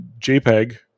JPEG